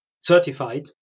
certified